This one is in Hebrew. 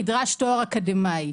נדרש תואר אקדמאי.